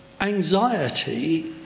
Anxiety